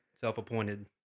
self-appointed